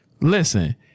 listen